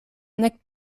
nek